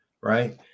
Right